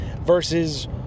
Versus